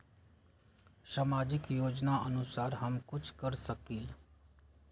सामाजिक योजनानुसार हम कुछ कर सकील?